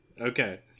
Okay